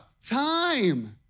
time